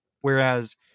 Whereas